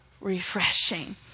refreshing